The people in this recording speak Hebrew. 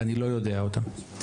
ואני לא יודע אותם.